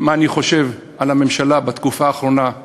מה אני חושב על הממשלה בתקופה האחרונה,